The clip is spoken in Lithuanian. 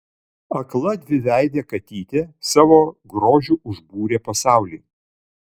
akla dviveidė katytė savo grožiu užbūrė pasaulį